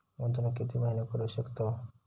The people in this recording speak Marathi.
गुंतवणूक किती महिने करू शकतव?